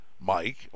Mike